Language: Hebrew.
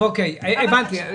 טוב, הבנתי.